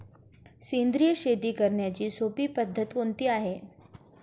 सेंद्रिय शेती करण्याची सोपी पद्धत कोणती आहे का?